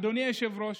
אדוני היושב-ראש,